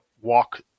walk